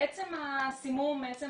עצם הסימום, עצם